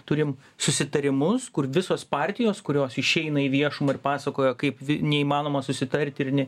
turim susitarimus kur visos partijos kurios išeina į viešumą ir pasakojo kaip vi neįmanoma susitarti ir ne